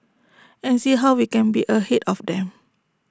and see how we can be ahead of them